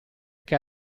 che